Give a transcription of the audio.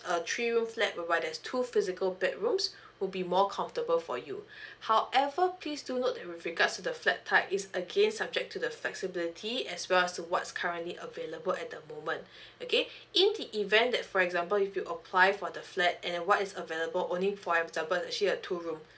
a three room flat worthwhile there's two physical bedrooms would be more comfortable for you however please do note with regards to the flat type is again subject to the flexibility as well as to what's currently available at the moment okay in the event that for example if you apply for the flat and what is available only for example actually a two room